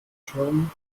schirm